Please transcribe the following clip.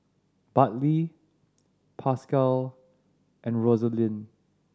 Bartley Pascal and Rosalind